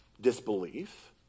disbelief